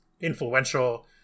influential